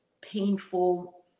painful